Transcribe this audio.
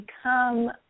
become